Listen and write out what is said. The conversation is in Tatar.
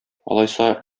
алайса